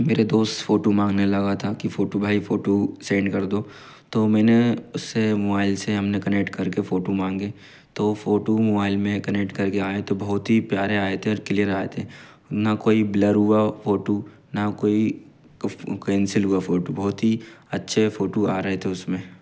मेरे दोस्त फोटू मांगने लगा था कि फोटू भाई फोटू सेंड कर दो तो मैंने उसे मोआइल से हमने कनेक्ट करके फोटू मांगे तो फोटू मोआइल में कनेट करके आए तो बहुत ही प्यारे आए थे ओर क्लियर आए ते ना कोई ब्लर हुआ फोटू ना कोई केंसिल हुआ फोटू बहुत ही अच्छे फोटू आ रहे थे उसमें